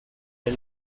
del